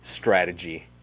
strategy